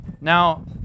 Now